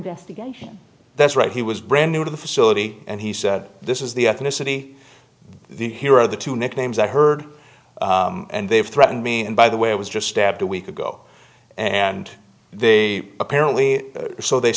investigation that's right he was brand new to the facility and he said this is the ethnicity the here are the two nicknames i heard and they've threatened me and by the way i was just stabbed a week ago and they apparently so they